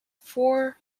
four